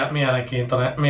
mielenkiintoinen